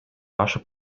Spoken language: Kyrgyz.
ашып